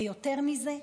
ויותר מזה,